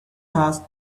has